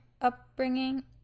upbringing